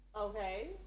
Okay